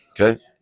Okay